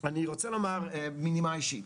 אני רוצה לומר בנימה אישית.